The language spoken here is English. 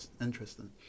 interesting